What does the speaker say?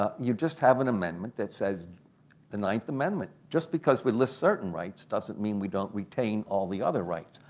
ah you just have an amendment that says the ninth amendment. just because we list certain rights doesn't mean we don't retain all the other rights.